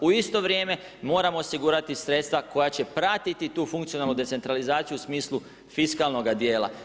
U isto vrijeme moramo osigurati sredstva koja će pratiti tu funkcionalnu decentralizaciju u smislu fiskalnoga dijela.